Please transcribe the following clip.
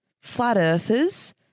flat-earthers